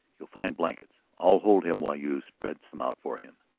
you'll find blankets. i'll hold him while you spread some out for him.